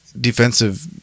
defensive